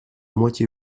moitié